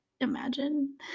imagine